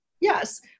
Yes